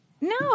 No